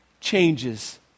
changes